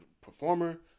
performer